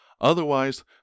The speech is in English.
otherwise